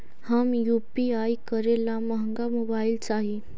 हम यु.पी.आई करे ला महंगा मोबाईल चाही?